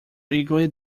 eagerly